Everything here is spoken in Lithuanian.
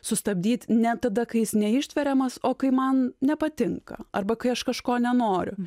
sustabdyt ne tada kai jis neištveriamas o kai man nepatinka arba kai aš kažko nenoriu